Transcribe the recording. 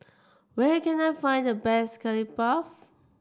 where can I find the best Curry Puff